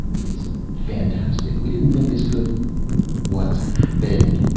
it's fantastic. we didn't think this could what's happened?